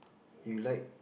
you like